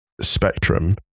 spectrum